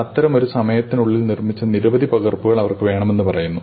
അത്തരമൊരു സമയത്തിനുള്ളിൽ നിർമ്മിച്ച നിരവധി പകർപ്പുകൾ അവർക്ക് വേണമെന്ന് പറയുന്നു